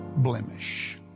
blemish